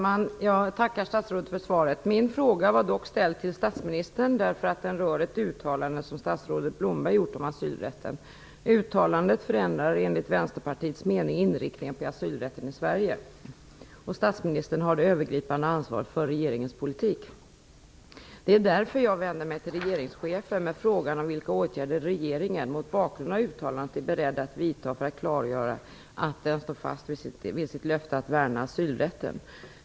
Fru talman! Jag tackar statsrådet för svaret. Min fråga var dock ställd till statsministern, eftersom den rör ett uttalande som statsrådet Blomberg gjort om asylrätten. Uttalandet förändrar enligt Vänsterpartiets mening inriktningen av asylrätten i Sverige. Statsministern har det övergripande ansvaret för regeringens politik, och det är därför som jag vänder mig till regeringschefen med frågan om vilka åtgärder regeringen mot bakgrund av uttalandet är beredd att vidta för att klargöra att den står fast vid sitt löfte att värna asylrätten.